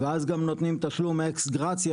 ואז גם נותנים תשלום אקס גרציה,